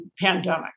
pandemic